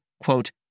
quote